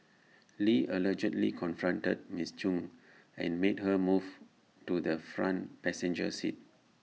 lee allegedly confronted Ms chung and made her move to the front passenger seat